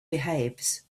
behaves